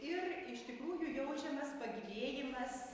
ir iš tikrųjų jaučiamas pagyvėjimas